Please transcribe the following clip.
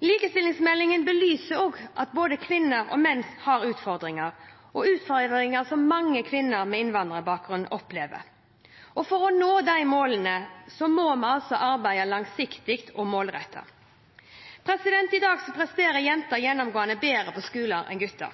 Likestillingsmeldingen belyser både kvinner og menns utfordringer og utfordringer mange kvinner med innvandrerbakgrunn opplever. For å nå målene våre må vi arbeide langsiktig og målrettet. I dag presterer jenter gjennomgående bedre på skolen enn gutter.